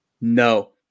No